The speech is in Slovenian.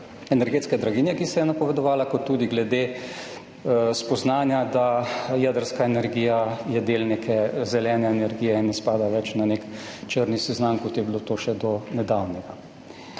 energetske draginje, ki se je napovedovala, kot tudi glede spoznanja, da je jedrska energija del neke zelene energije in ne spada več na nek črni seznam, kot je [veljalo] to še do nedavnega.